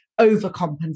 overcompensate